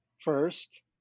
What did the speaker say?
first